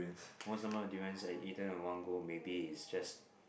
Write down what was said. most amount of durians I eaten at one go maybe it's just